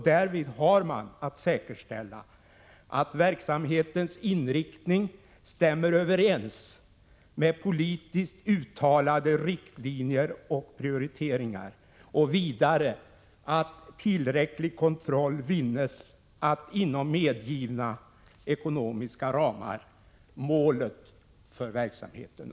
Därvid har man att säkerställa att verksamhetens inriktning stämmer överens med politiskt uttalade riktlinjer och prioriteringar. Vidare gäller att tillräcklig kontroll vinnes för att inom medgivna ekonomiska ramar kunna uppnå målet för verksamheten.